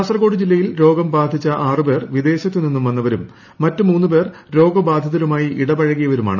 കാസർകോട് ജില്ലയിൽ രോഗം ബാധിച്ച ആറു പേർ വിദേശത്ത് നിന്ന് വന്നവരും മറ്റു മൂന്ന് പേർ രോഗബാധിതരുമായി ഇടപഴകിയവരുമാണ്